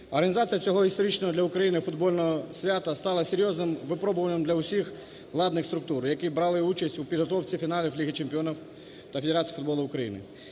Організація цього історичного для України футбольного свята стала серйозним випробуванням для усіх владних структур, які брали участь у підготовці фіналів Ліги Чемпіонів, та Федерації футболу України.